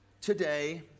today